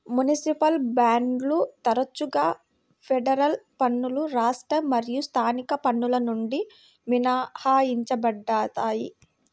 municipal బాండ్లు తరచుగా federal పన్నులు రాష్ట్ర మరియు స్థానిక పన్నుల నుండి మినహాయించబడతాయి